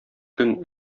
көн